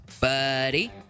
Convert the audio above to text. buddy